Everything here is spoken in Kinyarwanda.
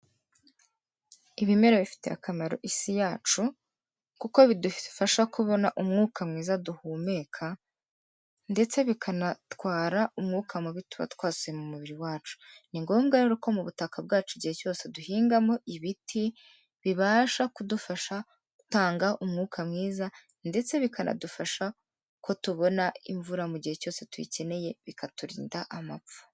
Ibimera bifitiye akamaro isi yacu kuko bidufasha kubona umwuka mwiza duhumeka ndetse bikanatwara umwuka mubi tuba twaseye mumubiri wacu, ni ngombwa rero ko mu butaka bwacu igihe cyose duhingamo ibiti bibasha kudufasha gutanga umwuka mwiza ndetse bikanadufasha ko tubona imvura mu gihe cyose tuyikeneye bikaturinda amapfa.